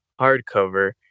hardcover